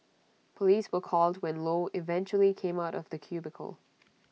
Police were called when low eventually came out of the cubicle